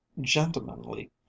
gentlemanly